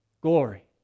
glory